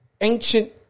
Ancient